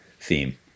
theme